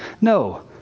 No